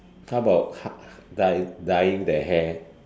how about how dy~ dyeing the hair